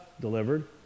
delivered